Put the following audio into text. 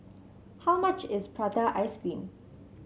how much is Prata Ice Cream